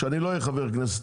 כשאני אולי לא אהיה חבר כנסת,